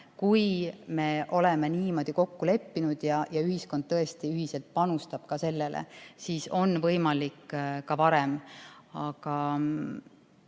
Kui me oleme niimoodi kokku leppinud ja ühiskond tõesti ühiselt panustab sellesse, siis on see võimalik ka varem. Me